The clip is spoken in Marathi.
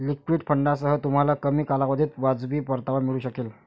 लिक्विड फंडांसह, तुम्हाला कमी कालावधीत वाजवी परतावा मिळू शकेल